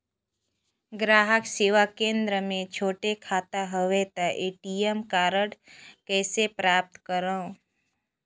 ग्राहक सेवा केंद्र मे छोटे खाता हवय त ए.टी.एम कारड कइसे प्राप्त करव?